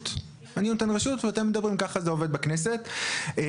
שחור, איגוד תעשיות הפלסטיק.